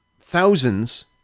thousands